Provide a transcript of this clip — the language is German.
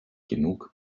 genug